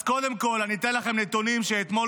אז קודם כול אני אתן לכם נתונים שקיבלנו